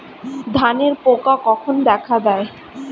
ধানের পোকা কখন দেখা দেয়?